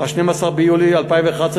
12 ביולי 2011,